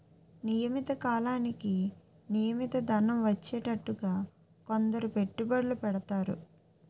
నియమిత కాలానికి నియమిత ధనం వచ్చేటట్టుగా కొందరు పెట్టుబడులు పెడతారు